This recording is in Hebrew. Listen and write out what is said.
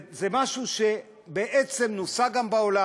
זה משהו שבעצם נוסה גם בעולם.